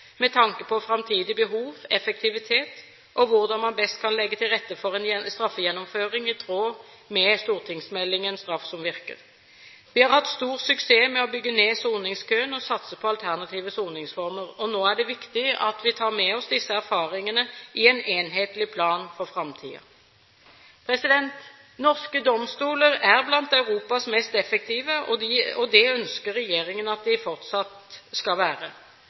med tanke på framtidige behov, effektivitet og hvordan man best kan legge til rette for en straffegjennomføring i tråd med stortingsmeldingen Straff som virker. Vi har hatt stor suksess med å bygge ned soningskøen og satse på alternative soningsformer. Nå er det viktig at vi tar med oss disse erfaringene i en enhetlig plan for framtiden. Norske domstoler er blant Europas mest effektive, og det ønsker regjeringen at de skal fortsette å være.